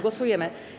Głosujemy.